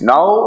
Now